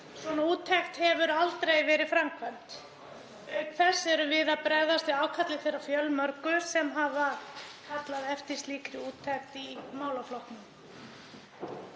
Svona úttekt hefur aldrei verið gerð. Auk þess erum við að bregðast við ákalli þeirra fjölmörgu sem hafa kallað eftir slíkri úttekt í málaflokknum.